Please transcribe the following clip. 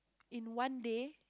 in one day